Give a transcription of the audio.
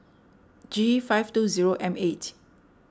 G five two zero M eight